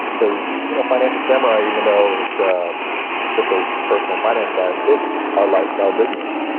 because you know financial samurai, even though it's ah it's just a personal finance side, it's our lifestyle business,